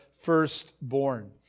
Firstborn